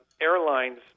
airlines